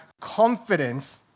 confidence